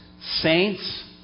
Saints